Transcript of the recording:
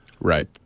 Right